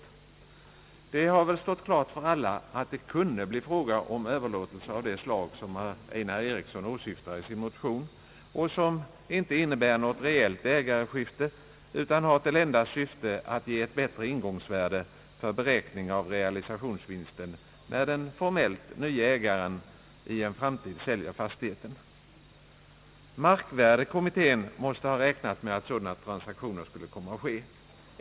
Alla har väl haft klart för sig att det kunde bli fråga om överlåtelser av det slag som herr Einar Eriksson åsyftar i sin motion och som inte innebär något reellt ägareskifte utan har till enda syfte att ge ett bättre ingångsvär de för beräkning av realisationsvinsten, när den formellt nye ägaren i en framtid säljer fastigheten. Markvärdekommittén måste ha räknat med att sådana transaktioner skulle komma att ske.